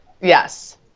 Yes